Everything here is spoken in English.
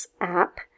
app